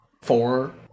four